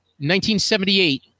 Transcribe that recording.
1978